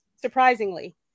surprisingly